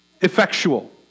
effectual